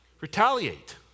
Retaliate